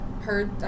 heard